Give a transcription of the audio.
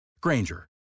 Granger